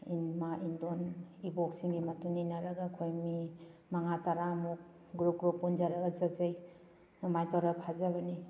ꯏꯃꯥ ꯏꯟꯗꯣꯜ ꯏꯕꯣꯛꯁꯤꯡꯒꯤ ꯃꯇꯨꯡ ꯏꯟꯅꯔꯒ ꯑꯩꯈꯣꯏ ꯃꯤ ꯃꯉꯥ ꯇꯔꯥꯃꯨꯛ ꯒ꯭ꯔꯨꯞ ꯒ꯭ꯔꯨꯞ ꯄꯨꯟꯖꯜꯂꯒ ꯆꯠꯆꯩ ꯑꯗꯨꯃꯥꯏꯅ ꯇꯧꯔ ꯐꯥꯖꯕꯅꯤ